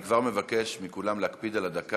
אני כבר מבקש מכולם להקפיד על הדקה,